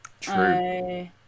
True